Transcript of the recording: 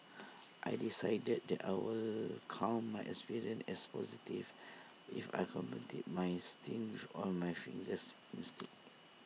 I decided that I would count my experience as positive if I completed my stint with all my fingers instinct